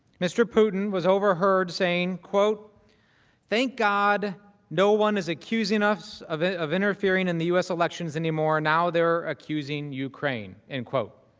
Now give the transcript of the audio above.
mr. putin was overheard same quote thank god no one is accusing us of a of interfering in u s. elections anymore now there are accusing ukraine and quote